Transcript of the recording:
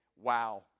wow